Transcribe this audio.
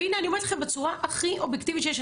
הנה אני אומרת לכם בצורה הכי אובייקטיבית שיש,